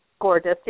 gorgeous